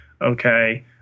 okay